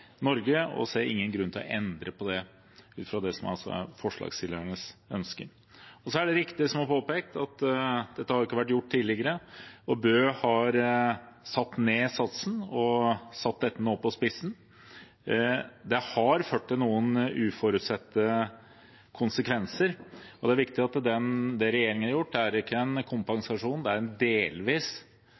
ut fra det som er forslagsstillernes ønske. Så er det riktig som er påpekt, at dette ikke har vært gjort tidligere. Bø har satt ned satsen og nå satt dette på spissen. Det har ført til noen uforutsette konsekvenser. Det er viktig at det regjeringen har gjort, ikke er en kompensasjon, men en delvis kompensasjon for dette i år og neste år. For Venstre er det viktig og avgjørende at dette bare skal gjelde Bø. Det er